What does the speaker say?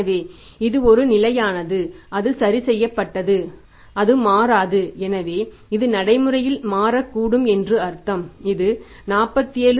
எனவே இது நிலையானது அது சரி செய்யப்பட்டது அது மாறாது எனவே இது நடைமுறையில் மாறக்கூடும் என்றும் அர்த்தம் இது 47